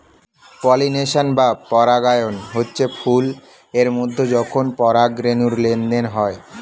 pollination বা পরাগায়ন হচ্ছে ফুল এর মধ্যে যখন পরাগ রেণুর লেনদেন হয়